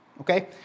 okay